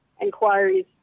inquiries